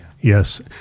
Yes